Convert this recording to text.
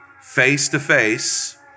face-to-face